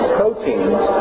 proteins